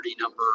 number